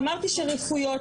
אמרתי שהרפואיות,